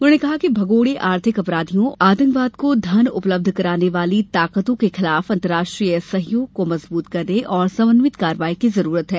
उन्होंने कहा कि भगोड़े आर्थिक अपराधियों तथा आतंकवाद को घन उपलब्ध कराने वाली ताकतों के खिलाफ अंतर्राष्ट्रीय सहयोग को मजबूत करने और समन्वित कार्रवाई की जरूरत है